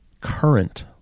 current